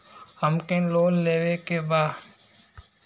हमके लोन लेवे के बा?